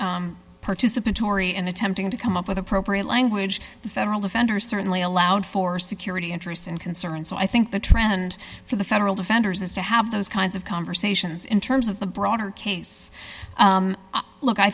not participatory and attempting to come up with appropriate language the federal defender certainly allowed for security interests and concerns so i think the trend for the federal defenders is to have those kinds of conversations in terms of the broader case look i